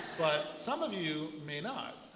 but some of you may not.